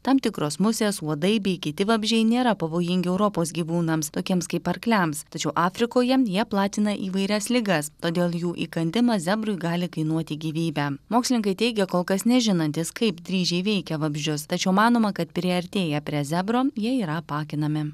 tam tikros musės uodai bei kiti vabzdžiai nėra pavojingi europos gyvūnams tokiems kaip arkliams tačiau afrikoje jie platina įvairias ligas todėl jų įkandimas zebrui gali kainuoti gyvybę mokslininkai teigia kol kas nežinantys kaip dryžiai veikia vabzdžius tačiau manoma kad priartėję prie zebro jie yra apakinami